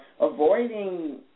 avoiding